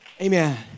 Amen